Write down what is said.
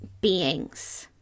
beings